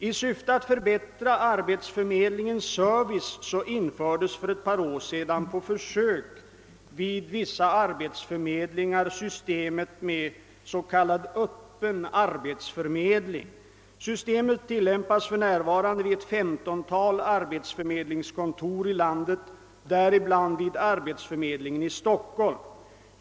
I syfte att förbättra arbetsförmedlingens service infördes för ett par år sedan på försök vid vissa arbetsförmedlingar systemet med s.k. öppen arbetsförmedling. Systemet tillämpas för närvarande vid ett femtontal arbetsförmedlingskontor i vårt land, däribland vid arbetsförmedlingen i Stockholm.